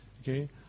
okay